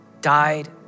died